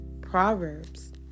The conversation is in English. proverbs